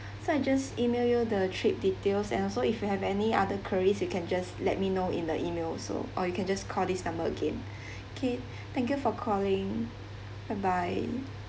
so I just email you the trip details and also if you have any other queries you can just let me know in the email also or you can just call this number again okay thank you for calling bye bye